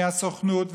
מהסוכנות,